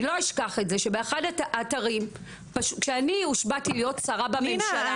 אני לא אשכח את זה שבאחד האתרים כשאני הושבעתי להיות שרה בממשלה,